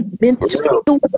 mental